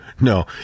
no